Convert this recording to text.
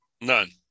None